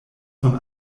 von